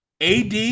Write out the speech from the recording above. AD